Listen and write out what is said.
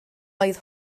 oedd